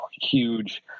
huge